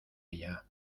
ella